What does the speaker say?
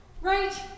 Right